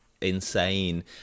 insane